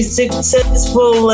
successful